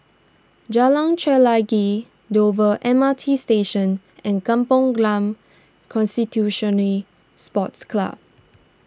Jalan Chelagi Dover M R T Station and Kampong Glam constitution Sports Club